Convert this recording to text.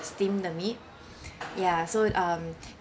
steam the meat ya so um